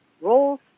Roles